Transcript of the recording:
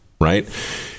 Right